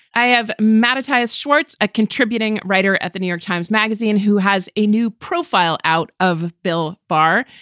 i have manatee's schwartz, a contributing writer at the new york times magazine, who has a new profile out of bill bar.